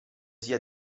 sia